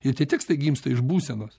ir tie tekstai gimsta iš būsenos